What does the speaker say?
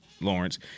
Lawrence